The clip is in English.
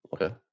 okay